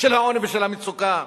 של העוני ושל המצוקה.